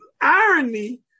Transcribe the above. Irony